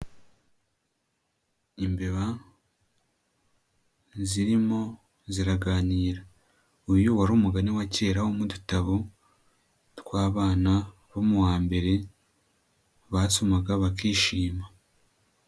Imbeba zirimo ziraganira, uyu wari umugani wa kera wo mu dutabo twabana bo mu wa mbere basomaga bakishima.